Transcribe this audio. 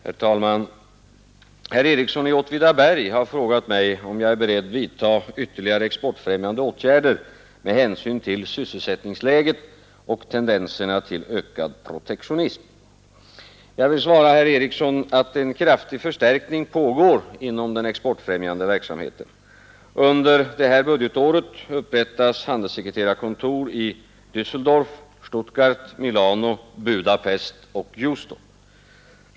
Herr talman! Herr Ericsson i Åtvidaberg har frågat mig om jag är beredd vidta ytterligare exportfrämjande åtgärder med hänsyn till sysselsättningsläget och tendenserna till ökad protektionism. Jag vill svara herr Ericsson att en kraftig förstärkning pågår inom den exportfrämjande verksamheten. Under detta budgetår upprättas handelssekreterarkontor i Dässeldorf, Stuttgart, Milano, Budapest och Houston.